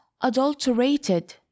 adulterated